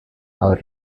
our